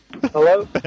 Hello